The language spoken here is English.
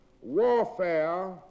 warfare